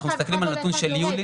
אנחנו מסתכלים על הנתון של יולי.